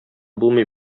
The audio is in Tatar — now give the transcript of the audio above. булмый